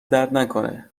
دردنکنه